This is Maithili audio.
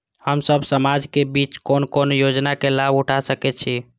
हम सब समाज के बीच कोन कोन योजना के लाभ उठा सके छी?